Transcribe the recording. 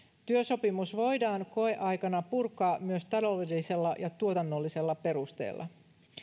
työsopimus voidaan koeaikana purkaa myös taloudellisella ja tuotannollisella perusteella